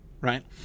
right